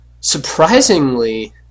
surprisingly